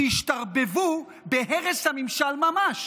שהשתרבב בהן הרס הממשל ממש: